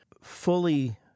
fully